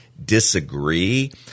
disagree